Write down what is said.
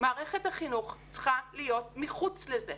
מערכת החינוך צריכה להיות מחוץ לזה.